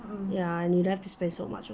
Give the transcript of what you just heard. ya and you don't have to spend so much also